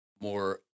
more